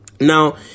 Now